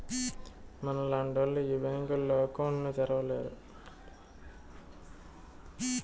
మనలాంటోళ్లు ఈ బ్యాంకులో అకౌంట్ ను తెరవలేరు